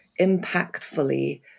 impactfully